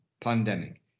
pandemic